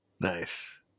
Nice